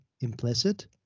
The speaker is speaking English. implicit